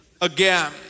again